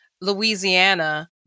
Louisiana